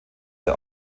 der